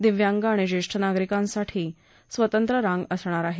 दिव्यांग आणि ज्येष्ठ नागरिकांसाठी स्वतंत्र रांग असणार आहे